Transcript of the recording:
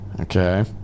okay